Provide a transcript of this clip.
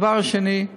הדבר השני,